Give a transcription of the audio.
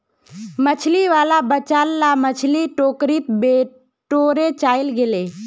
मछली वाला बचाल ला मछली टोकरीत बटोरे चलइ गेले